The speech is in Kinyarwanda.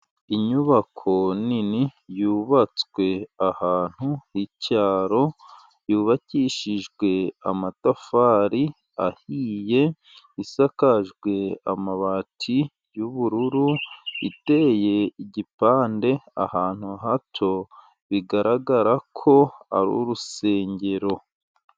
Inyubako nini yubatswe ahantu h'icyaro, yubakishijwe amatafari ahiye, isakajwe amabati y'ubururu, iteye igipande ahantu hato, bigaragara ko ari urusengero.